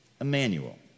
Emmanuel